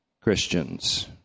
Christians